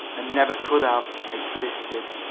and never could have, existed.